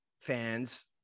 fans